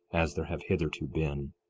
as there have hitherto been.